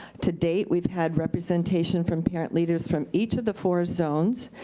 to date, we've had representation from parent leaders from each of the four zones.